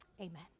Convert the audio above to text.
Amen